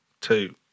Two